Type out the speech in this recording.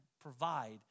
provide